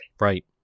Right